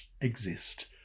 exist